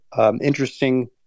interesting